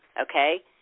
okay